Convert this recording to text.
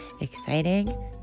Exciting